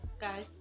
guys